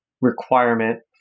requirement